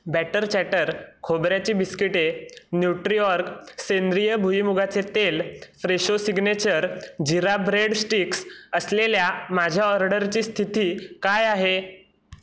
batter chatter खोबऱ्याची बिस्किटे Nutriorg सेंद्रिय भुईमुगाचे तेल Fresho signature jeera bread sticks असलेल्या माझ्या ऑर्डरची स्थिती काय आहे